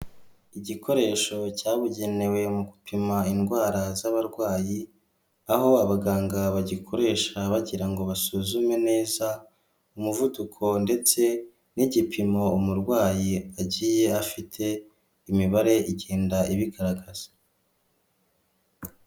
Igikoresho cyabugenewe mu gupima indwara z'abarwayi aho abaganga bagikoresha bagira ngo basuzume neza umuvuduko ndetse n'igipimo umurwayi agiye afite imibare igenda ibigaragaza.